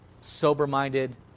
sober-minded